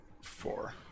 Four